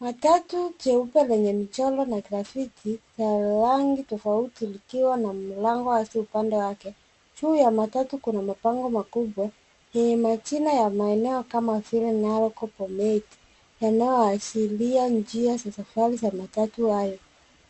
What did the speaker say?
Matatu jeupe lenye mchoro na grafiti, za rangi tofauti likiwa na mlango hasa upande wake. juu ya matatu kuna mabango makubwa, yenye majina yamaeneo kama vile Narok, Bomet, yanaohashiria njia za safari za matatu hayo.